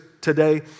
today